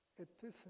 Epiphany